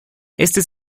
este